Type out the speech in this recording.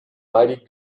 mighty